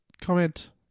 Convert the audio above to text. comment